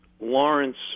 Lawrence